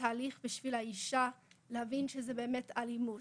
תהליך בשביל האישה ולוקח לה זמן להבין שזו באמת אלימות.